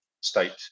state